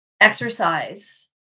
exercise